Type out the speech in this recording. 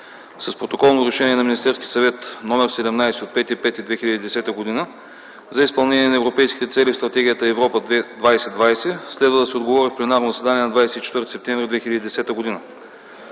С Протоколно решение на Министерски съвет № 17 от 5.05.2010 г. за изпълнение на европейските цели в Стратегията „Европа 20 /20” следва да се отговори в пленарно заседание на 24 септември